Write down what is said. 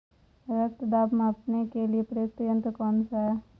रक्त दाब मापने के लिए प्रयुक्त यंत्र कौन सा है?